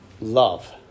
Love